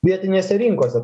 vietinės rinkose